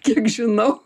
kiek žinau